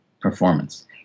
Performance